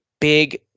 big